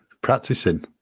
practicing